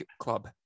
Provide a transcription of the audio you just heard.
club